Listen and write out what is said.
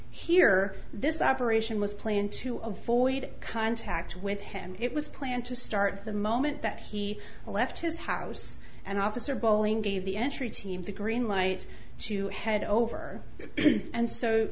here this operation was planned to avoid contact with him it was planned to start the moment that he left his house and officer bowling gave the entry team the green light to head over and so